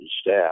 staff